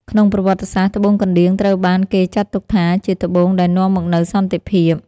ក្នុងប្រវត្តិសាស្ត្រ ត្បូងកណ្ដៀងត្រូវបានគេចាត់ទុកថាជាត្បូងដែលនាំមកនូវសន្តិភាព។